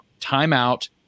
timeout